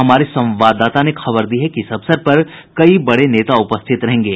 हमारे संवाददाता ने खबर दी है कि इस अवसर पर कई बड़े नेता उपस्थित रहेंगे